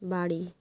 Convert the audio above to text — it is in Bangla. বাড়ি